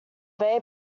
bay